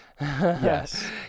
Yes